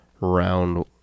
round